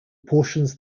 portions